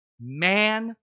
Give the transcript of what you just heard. man